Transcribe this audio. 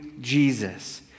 Jesus